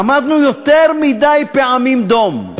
עמדנו יותר מדי פעמים דום.